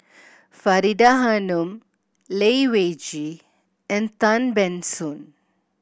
Faridah Hanum Lai Weijie and Tan Ban Soon